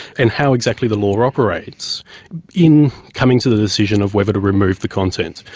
and how exactly the law operates in coming to the decision of whether to remove the content.